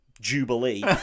jubilee